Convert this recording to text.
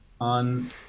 on